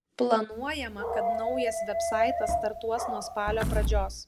planuojama kad naujas vebsaitas startuos nuo spalio pradžios